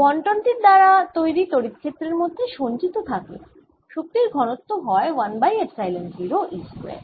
বন্টন টির দ্বারা তৈরি তড়িৎ ক্ষেত্রের মধ্যে সঞ্চিত থাকে শক্তির ঘনত্ব হয় 1 বাই 2 এপসাইলন 0 E স্কয়ার